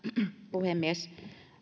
puhemies